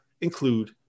include